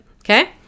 Okay